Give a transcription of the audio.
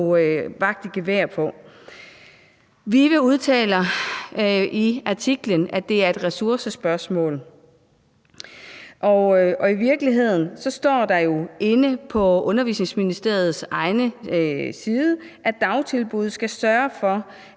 VIVE udtaler i artiklen, at det er et ressourcespørgsmål, og i virkeligheden står der jo inde på Undervisningsministeriets egen hjemmeside, at dagtilbud skal sørge for,